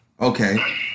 Okay